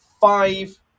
Five